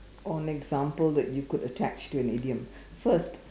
or an example that you could attach to idiom first